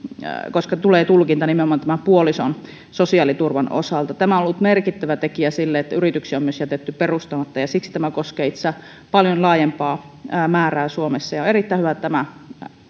koska tulee tulkinta nimenomaan tämän puolison sosiaaliturvan osalta tämä on ollut merkittävä tekijä siinä että yrityksiä on myös jätetty perustamatta ja siksi tämä koskee itse asiassa paljon laajempaa määrää ihmisiä suomessa on erittäin hyvä että tämä